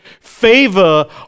favor